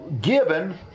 given